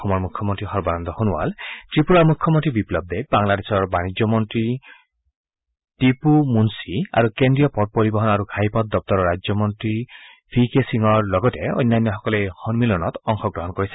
অসম মুখ্যমন্ত্ৰী সৰ্বানন্দ সোণেৱাল ত্ৰিপুৰাৰ মুখ্যমন্ত্ৰী বিপ্লৱ দেব বাংলাদেশৰ বাণিজ্য মন্ত্ৰী টিপু মুনচি আৰু কেন্দ্ৰীয় পথ পৰিবহন আৰু ঘাইপথ দগুৰৰ ৰাজ্য মন্ত্ৰী ভি কে সিঙৰ লগতে অন্যান্যসকলে এই সন্মিলনত অংশগ্ৰহণ কৰিছে